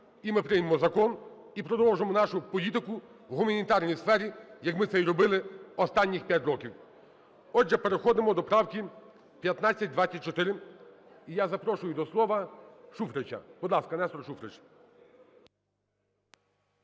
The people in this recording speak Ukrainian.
і ми приймемо закон, і продовжимо нашу політику в гуманітарній сфері, як ми це і робили останні 5 років. Отже, переходимо до правки 1524. І я запрошую до слова Шуфрича. Будь ласка, Нестор Шуфрич.